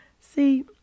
See